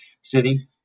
city